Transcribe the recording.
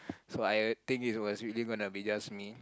so I think it was really gonna be just me